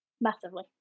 Massively